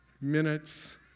minutes